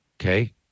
okay